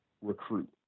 recruit